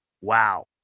wow